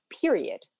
period